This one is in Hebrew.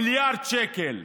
מיליארד שקל.